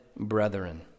brethren